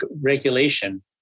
regulation